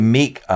make